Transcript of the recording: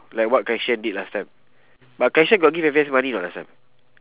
like what kai xuan did last time but kai xuan got give F_A_S money or not last time